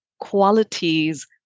qualities